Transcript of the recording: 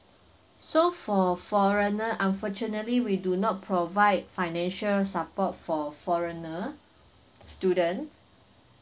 so for foreigner unfortunately we do not provide financial support for foreigner student